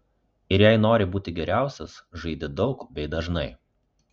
ir jei nori būti geriausias žaidi daug bei dažnai